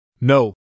No